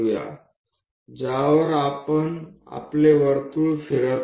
આ બેઝ છે કે જેના પર આપણું વર્તુળ ફરે છે